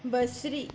बसरी